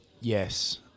Yes